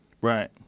Right